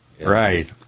right